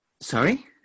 Sorry